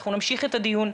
אנחנו נמשיך את הדיון,